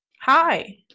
Hi